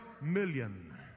million